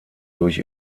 durch